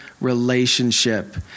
relationship